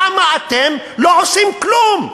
למה אתם לא עושים כלום?